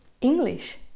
English